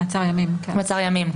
מעצר ימים.